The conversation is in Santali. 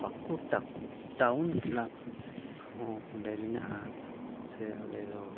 ᱯᱟᱹᱠᱩᱲ ᱴᱟᱠᱩ ᱴᱟᱣᱩᱱ ᱠᱞᱟᱵᱽ ᱦᱚᱸ ᱚᱸᱰᱮ ᱢᱮᱱᱟᱜᱼᱟ ᱥᱮ ᱚᱸᱰᱮ ᱫᱚ